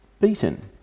beaten